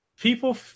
people